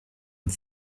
and